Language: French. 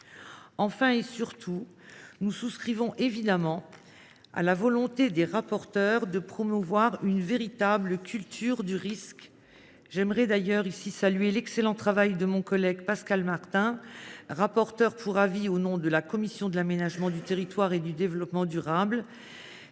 Enfin et surtout, nous partageons la volonté des rapporteurs de promouvoir une véritable culture du risque. Je tiens d’ailleurs à saluer l’excellent travail de Pascal Martin, rapporteur pour avis de la commission de l’aménagement du territoire et du développement durable.